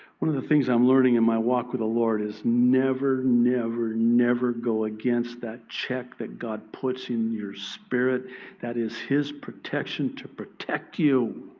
one of the things i'm learning in my walk with the lord is never, never, never go against that check that god puts in your spirit that is his protection to protect you.